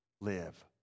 Live